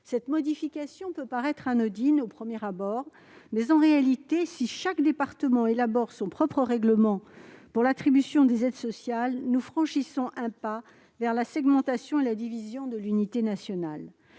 Cette modification peut paraître anodine au premier abord, mais, si chaque département élabore son propre règlement pour l'attribution des aides sociales, nous franchirons un pas supplémentaire vers la segmentation et la division de l'unité nationale.